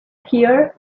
here